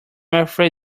afraid